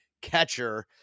catcher